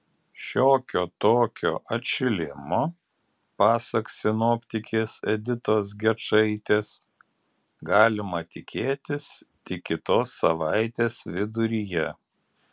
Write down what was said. šiokio tokio atšilimo pasak sinoptikės editos gečaitės galima tikėtis tik kitos savaitės viduryje